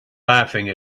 laughing